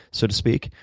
so to speak,